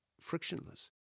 frictionless